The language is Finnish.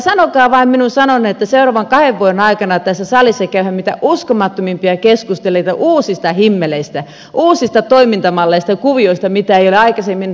sanokaa vain minun sanoneen että seuraavan kahden vuoden aikana tässä salissa käydään mitä uskomattomimpia keskusteluita uusista himmeleistä uusista toimintamalleista kuvioista mitä ei ole aikaisemmin todella ollutkaan